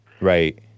right